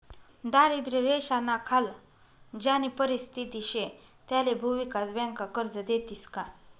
दारिद्र्य रेषानाखाल ज्यानी परिस्थिती शे त्याले भुविकास बँका कर्ज देतीस का?